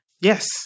Yes